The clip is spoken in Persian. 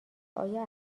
آیا